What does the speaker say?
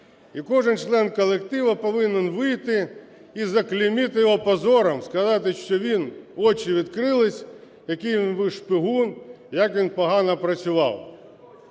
і кожен член колективу повинен вийти і заклеймити його позором – сказати, що він, очі відкрились, який він був шпигун, і як він погано працював.